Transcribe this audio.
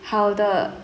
好的